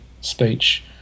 speech